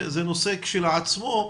זה נושא כשלעצמו,